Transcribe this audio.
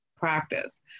practice